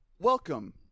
welcome